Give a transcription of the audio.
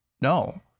no